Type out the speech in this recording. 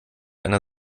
einer